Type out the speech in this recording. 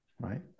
right